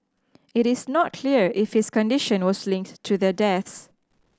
it is not clear if his condition was linked to their deaths